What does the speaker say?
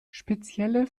spezielle